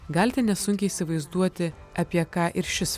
galite nesunkiai įsivaizduoti apie ką ir šis